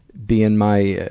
being my,